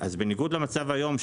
בניגוד למצב היום,